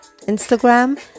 Instagram